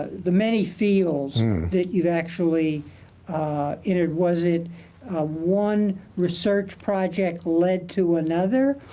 the many fields that you've actually entered? was it one research project led to another?